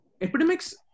epidemics